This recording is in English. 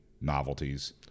novelties